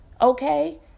okay